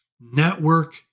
network